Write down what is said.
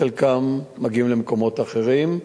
חלקם מגיעים למקומות אחרים.